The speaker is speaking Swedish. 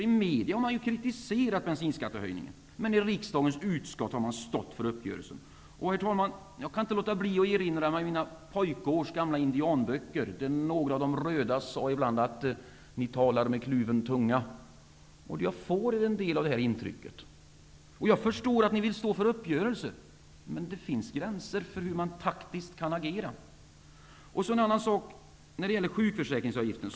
I media har de ju kritiserat bensinskattehöjningen. Men i utskottssammanhang har man stått för uppgörelsen. Herr talman! Jag kan inte låta bli att erinra mig mina gamla indianböcker från pojkåren. Någon av de röda sade ibland: Ni talar med kluven tunga. Till en del har jag ett intryck av att det är så här. Jag förstår att ni vill stå för uppgörelsen, men det finns gränser för hur man taktiskt kan agera. Så till sjukförsäkringsavgiften.